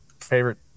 favorite